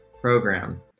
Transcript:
program